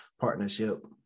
partnership